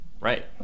right